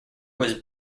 was